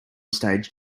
stage